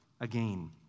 again